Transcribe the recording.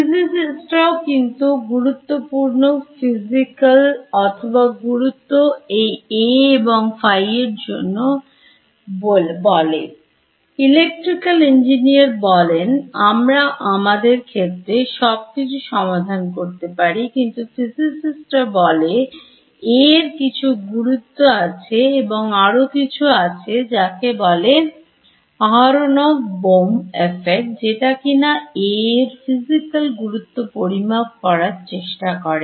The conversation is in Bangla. Physicists রাও কিন্তু কিছু গুরুত্বপূর্ণ Physical অথবা গুরুত্ব এই A এবং phi এরজন্য বলে Electrical Engineerবলেন আমরা আমাদের ক্ষেত্রে সব কিছু সমাধান করতে পারি কিন্তু Physicist রা বলে A এর কিছু গুরুত্ব আছে এবং আরো কিছু আছে যাকে বলে Aharonov Bohm effect যেটা কিনা A এর Physical গুরুত্ব পরিমাপ করার চেষ্টা করে